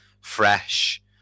fresh